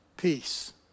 peace